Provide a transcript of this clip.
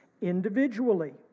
individually